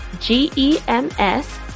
G-E-M-S